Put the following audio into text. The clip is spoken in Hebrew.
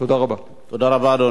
תודה רבה, אדוני.